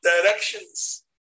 directions